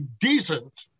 decent